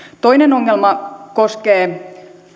toinen ongelma koskee